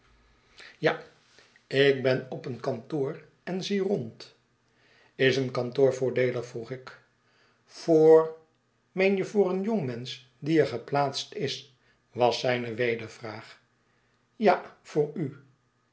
ja ik ben op een kantoor en zie rond is een kantoor voordeelig vroeg ik voor meen je voor een jongmensch die er geplaatst is was zijne wedervraag ja voor u